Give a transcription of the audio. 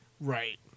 right